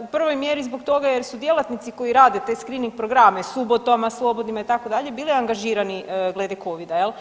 u prvoj mjeri zbog toga jer su djelatnici koji rade te screening programe subotama slobodnima itd. bili angažirani glede covida.